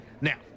Now